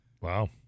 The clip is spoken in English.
Wow